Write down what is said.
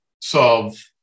solve